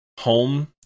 home